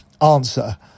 answer